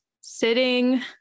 sitting